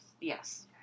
Yes